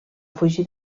fugir